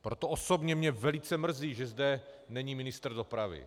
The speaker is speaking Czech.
Proto osobně mě velice mrzí, že zde není ministr dopravy.